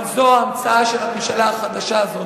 אבל זו ההמצאה של הממשלה החלשה הזו.